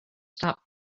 stop